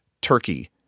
turkey